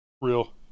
Real